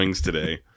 today